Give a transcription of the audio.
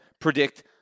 predict